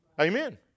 Amen